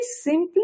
simply